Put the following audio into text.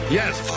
Yes